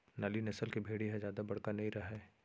नाली नसल के भेड़ी ह जादा बड़का नइ रहय